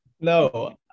No